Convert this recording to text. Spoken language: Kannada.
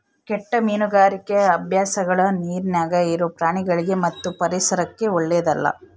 ಕೆಟ್ಟ ಮೀನುಗಾರಿಕಿ ಅಭ್ಯಾಸಗಳ ನೀರಿನ್ಯಾಗ ಇರೊ ಪ್ರಾಣಿಗಳಿಗಿ ಮತ್ತು ಪರಿಸರಕ್ಕ ಓಳ್ಳೆದಲ್ಲ